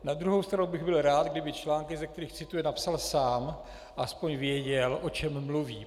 Na druhou stranu bych byl rád, kdyby články, ze kterých cituje, napsal sám, aspoň věděl, o čem mluví.